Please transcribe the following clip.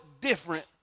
different